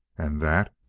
and that?